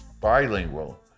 bilingual